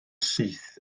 syth